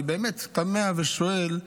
אני באמת תמה ושואל: